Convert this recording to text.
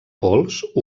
pols